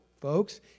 folks